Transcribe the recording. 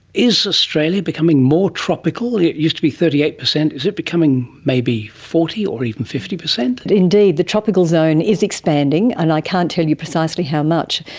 is australia becoming more tropical? it used to be thirty eight percent. is it becoming maybe forty percent or even fifty percent? indeed, the tropical zone is expanding, and i can't tell you precisely how much.